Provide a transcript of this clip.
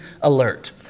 alert